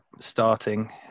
starting